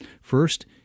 First